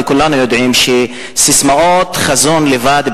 וכולנו יודעים שססמאות חזון לבד,